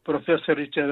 profesoriai čia